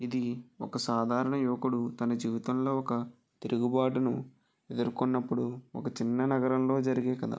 ఇది ఒక సాధారణ యువకుడు తన జీవితంలో ఒక తిరుగుబాటును ఎదుర్కొన్నప్పుడు ఒక చిన్న నగరంలో జరిగే కథ